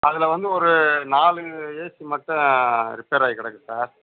அதில் வந்து ஒரு நாலு ஏசி மட்டும் ரிப்பேர் ஆகி கிடக்கு சார்